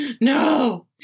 No